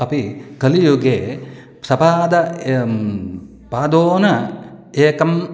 अपि कलियुगे सपादः पादोनः एकम्